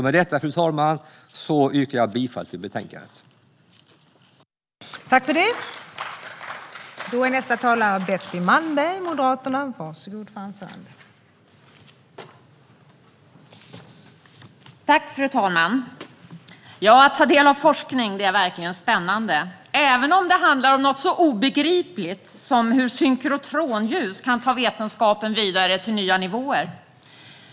Med detta, fru talman, yrkar jag bifall till förslaget i betänkandet.